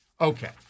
Okay